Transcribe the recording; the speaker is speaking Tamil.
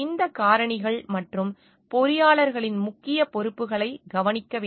இந்த காரணிகள் மற்றும் பொறியாளர்களின் முக்கிய பொறுப்புகளை கவனிக்க வேண்டும்